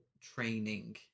training